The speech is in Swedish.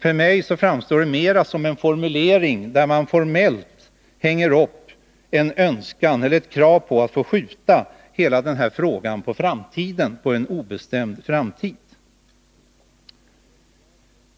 För mig framstår det mera som en formulering som innebär att man formellt hänger upp en önskan eller ett krav på yrkandet att skjuta hela denna fråga på en obestämd framtid.